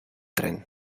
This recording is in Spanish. tren